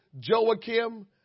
Joachim